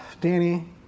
Danny